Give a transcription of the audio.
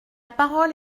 parole